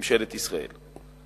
ממשלת ישראל.